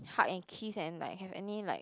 hug and kiss and like have any like